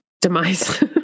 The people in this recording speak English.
Demise